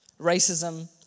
racism